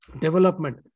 development